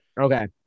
Okay